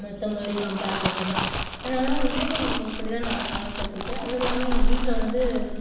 மற்ற மொழியை கம்பேர் பண்ணுறப்ப அதனால வந்து இப்படி தான் நான் தமிழ் கற்றுக்கிட்டேன் அதுவும் இல்லாமல் எங்கள் வீட்டில் வந்து